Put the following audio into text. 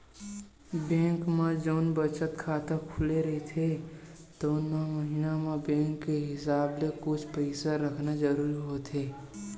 bank म जउन बचत खाता खुले रहिथे तउन म महिना म बेंक के हिसाब ले कुछ पइसा रखना जरूरी होथे